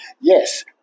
Yes